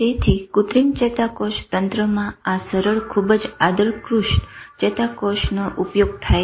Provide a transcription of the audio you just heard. તેથી કુત્રિમ ચેતાકોષ તંત્રમાં આ સરળ ખુબ જ આદર્શકૃત ચેતાકોષોનો ઉપયોગ થાય છે